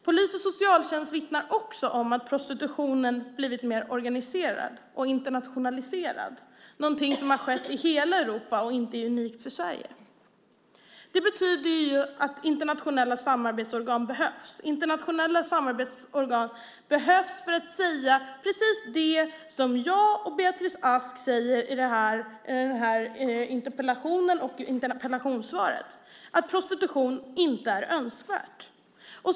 Polis och socialtjänst vittnar också om att prostitutionen blivit mer organiserad och internationaliserad, något som har skett i hela Europa och inte är unikt för Sverige. Det betyder att internationella samarbetsorgan behövs. Internationella samarbetsorgan behövs för att säga precis det som jag och Beatrice Ask säger i interpellationen och i svaret, att prostitution inte är önskvärt.